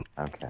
Okay